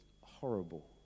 horrible